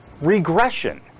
regression